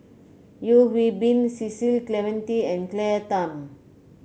Yeo Hwee Bin Cecil Clementi and Claire Tham